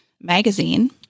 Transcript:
magazine